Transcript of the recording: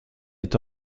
est